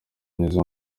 neza